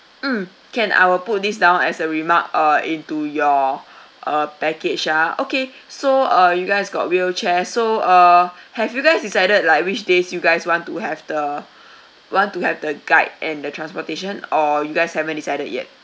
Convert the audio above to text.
mm can I will put this down as a remark uh into your uh package ah okay so uh you guys got wheelchair so uh have you guys decided like which days you guys want to have the want to have the guide and the transportation or you guys haven't decided yet